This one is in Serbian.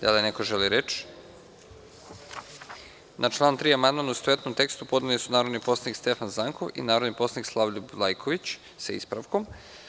Da li neko želi reč? (Ne) Na član 3. amandman u istovetnom tekstu podneli su narodni poslanici Stefan Zankov i narodni poslanik Slavoljub Lajković, sa ispravkom.